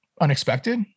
unexpected